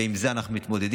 ועם זה אנחנו מתמודדים.